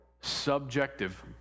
Subjective